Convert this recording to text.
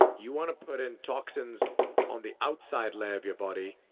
you want to put in toxins on the outside layer of your body,